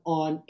on